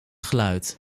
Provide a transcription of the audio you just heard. geluid